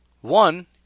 One